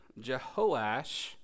Jehoash